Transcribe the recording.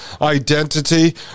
identity